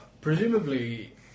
Presumably